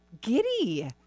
giddy